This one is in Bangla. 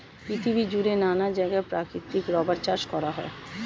পৃথিবী জুড়ে নানা জায়গায় প্রাকৃতিক রাবার চাষ করা হয়